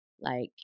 like-